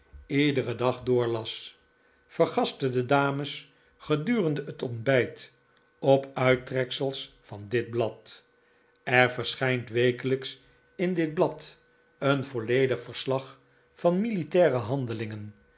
iederen dag doorlas vergastte de dames gedurende het ontbijt op uittreksels van dit blad er verschijnt wekelijks in dit blad een volledig verslag van militaire handelingen